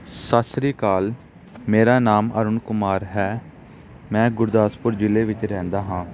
ਸਤਿ ਸ਼੍ਰੀ ਅਕਾਲ ਮੇਰਾ ਨਾਮ ਅਰੁਣ ਕੁਮਾਰ ਹੈ ਮੈਂ ਗੁਰਦਾਸਪੁਰ ਜਿਲ੍ਹੇ ਵਿੱਚ ਰਹਿੰਦਾ ਹਾਂ